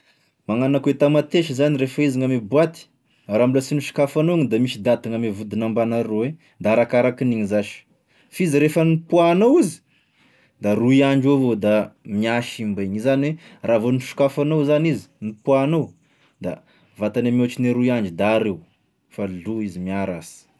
Magnano akoa e tamatesa zany refa izy gn'ame boaty, a raha mbola sy nosokafanao iny da misy daty gn'ame vodiny ambany arô i, de arakarakin'igny zash, f'izy ref nopoahanao izy da roy andro avao da mihasimba igny, izany hoe raha vao nosokafanao zany izy, nopoahanao da va ataonao mihoatra ny roy andro da ario lo izy miharasy.